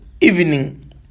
evening